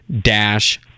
dash